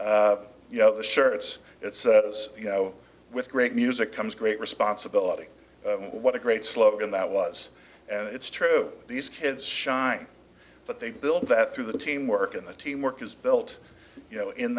you know the shirts it says you know with great music comes great responsibility what a great slogan that was and it's true these kids shine but they built that through the teamwork and the teamwork is built you know in